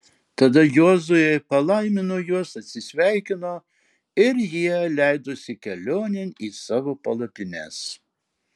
tada jozuė palaimino juos atsisveikino ir jie leidosi kelionėn į savo palapines